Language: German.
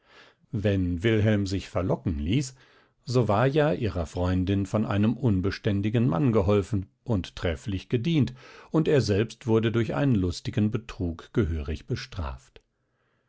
wenn wilhelm sich verlocken ließ so war ja ihrer freundin von einem unbeständigen mann geholfen und trefflich gedient und er selbst wurde durch einen lustigen betrug gehörig bestraft